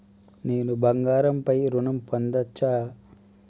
నేను బంగారం పై ఋణం పొందచ్చా?